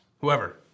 whoever